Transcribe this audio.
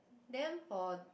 then for